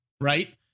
right